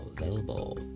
available